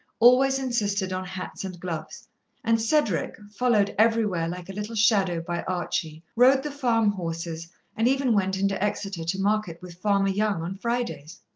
always insisted on hats and gloves and cedric, followed everywhere like a little shadow by archie, rode the farm horses and even went into exeter to market with farmer young on fridays.